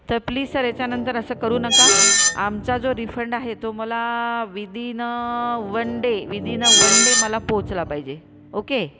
तर please sir याच्यानंतर असं करू नका आमचा जो रिफंड आहे तो मला within a one day within a one day मला पोहचला पाहिजे ओके